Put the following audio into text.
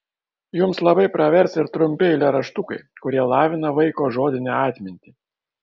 jums labai pravers ir trumpi eilėraštukai kurie lavina vaiko žodinę atmintį